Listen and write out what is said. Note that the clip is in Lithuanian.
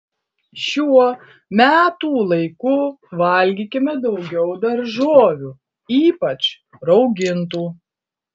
šiuo metų laiku valgykime daugiau daržovių ypač raugintų